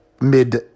mid